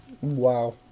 Wow